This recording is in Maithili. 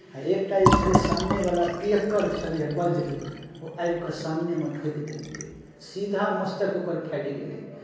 आ एकटा जे छलै सामनेवला पियक्कड़ छलै वज्र ओ आबि कऽ सामनेमे ठोकि देलकै सीधा मस्तक ओकर फाटि गेलै